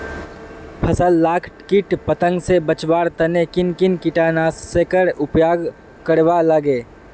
फसल लाक किट पतंग से बचवार तने किन किन कीटनाशकेर उपयोग करवार लगे?